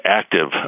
active